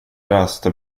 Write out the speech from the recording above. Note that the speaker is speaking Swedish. läste